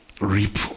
reap